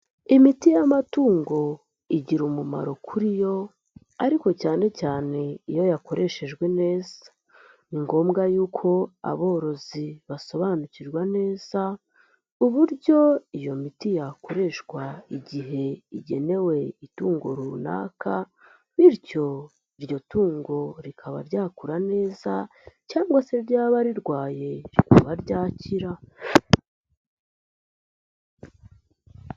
Imiti y'amatungo igira umumaro kuri yo ariko cyane cyane iyo yakoreshejwe neza, ni ngombwa yuko aborozi basobanukirwa neza uburyo iyo miti yakoreshwa igihe igenewe itungo runaka, bityo iryo tungo rikaba ryakura neza cyangwa se ryaba rirwaye rikaba ryakira.